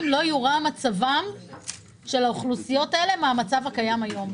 לא יורע מצבן של האוכלוסיות האלה מהמצב הקיים היום.